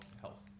health